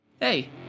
Hey